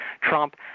Trump –